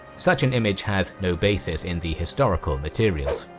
such an image has no basis in the historical materials.